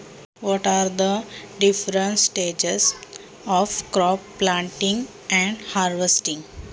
पीक लागवड आणि काढणीचे वेगवेगळे टप्पे कोणते आहेत?